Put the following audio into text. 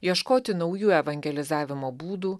ieškoti naujų evangelizavimo būdų